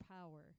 power